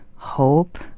hope